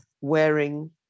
wearing